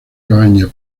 cabaña